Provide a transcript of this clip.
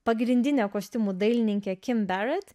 pagrindinė kostiumų dailininkė kim berot